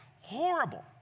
horrible